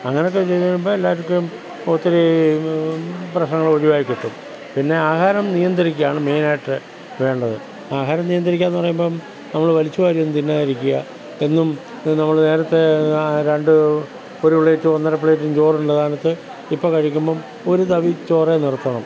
അങ്ങനെയൊക്കെ ചെയ്യുമ്പോൾ എല്ലാവർക്കും ഒത്തിരി പ്രശ്നങ്ങളൊഴിവായിക്കിട്ടും പിന്നെ ആഹാരം നിയന്ത്രിക്കുകയാണ് മെയിനായിട്ടു വേണ്ടത് ആഹാരം നിയന്ത്രിക്കുകയെന്നു പറയുമ്പം നമ്മൾ വലിച്ചു വാരിയൊന്നും തിന്നാതിരിക്കുക എന്നും ഇതു നമ്മൾ നേരത്തേ രണ്ട് ഒരു പ്ലേറ്റും ഒന്നര പ്ലേറ്റും ചോറുണ്ട കാലത്ത് ഇപ്പോൾ കഴിക്കുമ്പം ഒരു തവി ചോറിൽ നിർത്തണം